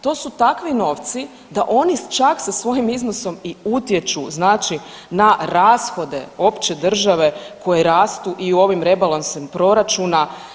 To su takvi novci da oni čak sa svojim iznosom i utječu, znači na rashode opće države koji rastu i ovim rebalansom proračuna.